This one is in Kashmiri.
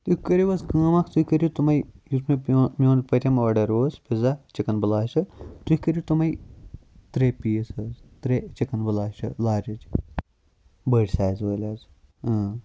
تُہۍ کٔرِو حٕظ کٲم اکھ تُہۍ کٔرِو تمے یُس مےٚ میون پٔتِم آرڈَر اوس پِزا چِکَن بلاسٹ تُہۍ کٔرِو تِمے ترٛےٚ پیٖس حٕظ ترٛےٚ چِکَن بلاسٹ لارٕج بٔڑۍ سایز وٲلۍ حٕظ اۭں